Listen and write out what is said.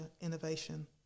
innovation